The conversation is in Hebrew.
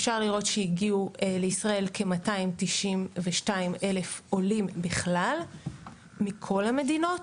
אפשר לראות שהגיעו לישראל כ-292,000 עולים בכלל מכל המדינות,